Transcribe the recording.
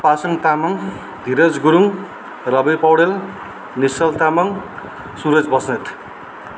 Pasang Tamang Dhiraj Gurung Rabi Paudel Nischal Tamang Suraj Basnet